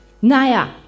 Naja